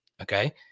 Okay